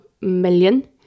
million